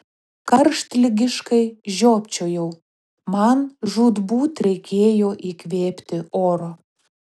karštligiškai žiopčiojau man žūtbūt reikėjo įkvėpti oro